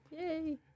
Yay